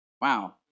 Wow